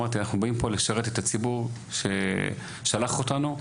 אנחנו באים לשרת פה את הציבור ששלח אותנו,